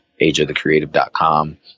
ageofthecreative.com